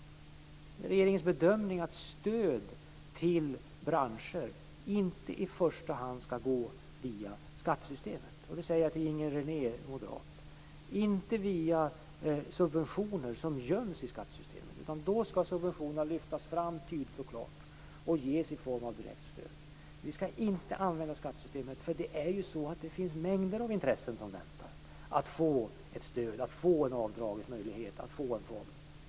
Det är regeringens bedömning att stöd till branscher inte i första hand skall gå via skattesystemet. Jag vill säga till Inger René, moderat: De skall inte gå via subventioner som göms i skattesystemet, utan subventionerna skall lyftas fram tydligt och klart och ges i form av direkt stöd. Vi skall inte använda skattesystemet, för det finns mängder av intressen som väntar på att få ett stöd, en avdragningsmöjlighet eller en fond.